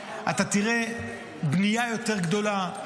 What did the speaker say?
אתה תראה בנייה יותר גדולה,